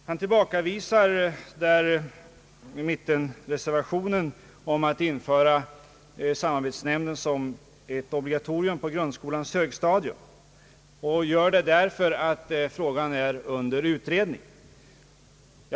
Han tillbakavisar där mittenreservationen om införande av samarbetsnämnden som ett obligatorium för grundskolans högstadium, och han gör det med motiveringen att frågan är under utredning.